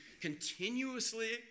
continuously